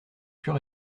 pur